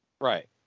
Right